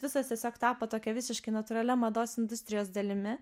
visos tiesiog tapo tokia visiškai natūralia mados industrijos dalimi